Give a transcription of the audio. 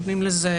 נותנים לזה